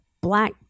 black